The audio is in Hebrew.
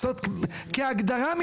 כהגדרה.